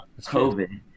COVID